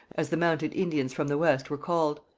as the mounted indians from the west were called.